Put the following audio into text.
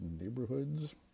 Neighborhoods